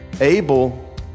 Abel